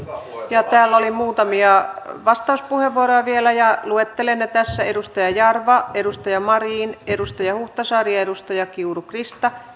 täällä oli muutamia vastauspuheenvuoroja vielä ja luettelen ne tässä edustaja jarva edustaja marin edustaja huhtasaari ja edustaja krista